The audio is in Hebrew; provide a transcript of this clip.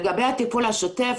לגבי הטיפול השוטף,